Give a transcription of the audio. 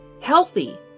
healthy